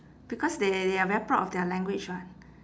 because they they are very proud of their language [what]